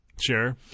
Sure